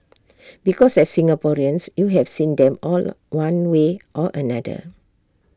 because as Singaporeans you have seen them all one way or another